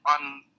on